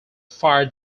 fire